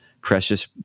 precious